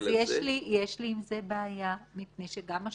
את הפעולות הנדרשות על מנת שיצא כדור מהקנה,